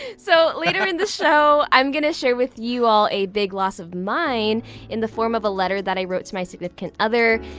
and so later in the show i'm gonna share with you all a big loss of mine in the form of a letter i wrote to my significant other.